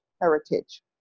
heritage